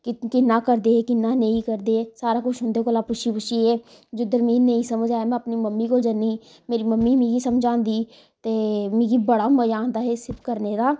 कि कियां करदे कियां नेईं करदे सारा कुछ उंदे कोला पुच्छी पुच्छियै जुद्धर मिगी नेईं समझ आए मैं अपनी मम्मी कोल जन्नी मेरी मम्मी मिगी समझांदी ते मिगी बड़़ा मजा आंदा एह् सब करने दा